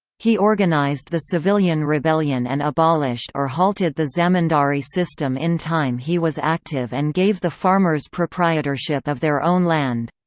he organised the civilian rebellion and abolished or halted the zamindari system in time he was active and gave the farmers proprietorship of their own land.